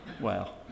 Wow